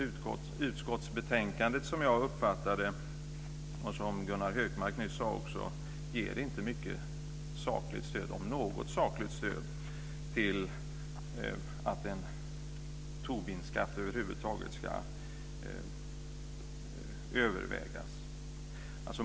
Utskottsbetänkandet ger, som jag uppfattar det och som också Gunnar Hökmark nyss sade, inte mycket, om något, sakligt stöd för att en Tobinskatt över huvud taget ska övervägas.